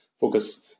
focus